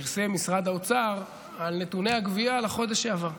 שפרסם משרד האוצר, על נתוני הגבייה לחודש שעבר.